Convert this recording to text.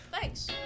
thanks